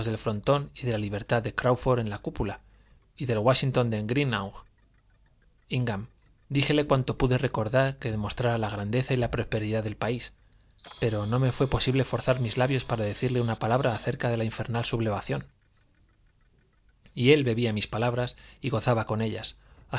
del frontón y de la libertad de cráwford en la cúpula y del wáshington de gréenough íngham díjele cuanto pude recordar que demostrara la grandeza y la prosperidad del país pero no me fué posible forzar mis labios para decirle una palabra acerca de la infernal sublevación y él bebía mis palabras y gozaba con ellas